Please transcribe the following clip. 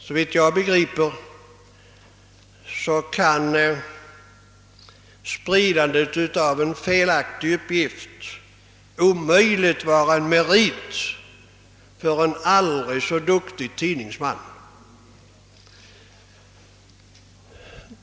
Såvitt jag begriper kan spridandet av en felaktig uppgift omöjligen vara en merit för en aldrig så duktig tidningsman.